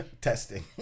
Testing